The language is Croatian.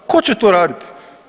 Tko će to raditi?